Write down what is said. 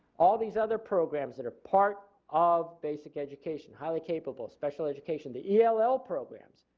all these other programs that are part of basic education highly capable, special education, the ell ell programs.